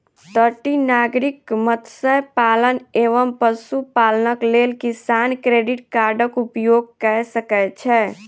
तटीय नागरिक मत्स्य पालन एवं पशुपालनक लेल किसान क्रेडिट कार्डक उपयोग कय सकै छै